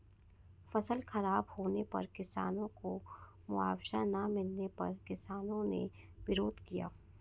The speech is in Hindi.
फसल खराब होने पर किसानों को मुआवजा ना मिलने पर किसानों ने विरोध किया